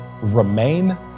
remain